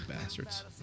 bastards